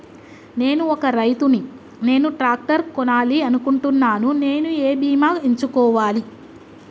నేను ఒక రైతు ని నేను ట్రాక్టర్ కొనాలి అనుకుంటున్నాను నేను ఏ బీమా ఎంచుకోవాలి?